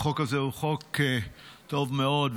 החוק הזה הוא חוק טוב מאוד,